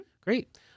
Great